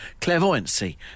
clairvoyancy